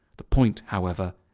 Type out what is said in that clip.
the point, however,